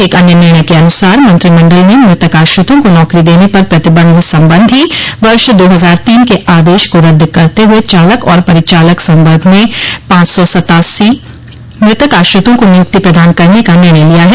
एक अन्य निर्णय के अनुसार मंत्रिमंडल ने मृतक आश्रितों को नौकरी देने पर प्रतिबंध संबंधी वर्ष दो हजार तीन के आदेश को रद्द करते हुए चालक और परिचालक संवर्ग में पांच सौ सत्तासी मृतक आश्रितों को नियुक्ति प्रदान करने का निर्णय लिया है